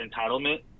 entitlement